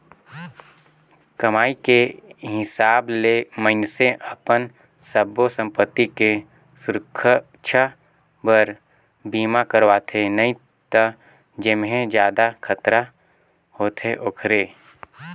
कमाई के हिसाब ले मइनसे अपन सब्बो संपति के सुरक्छा बर बीमा करवाथें नई त जेम्हे जादा खतरा होथे ओखरे